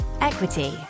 equity